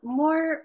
more